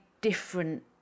different